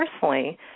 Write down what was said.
personally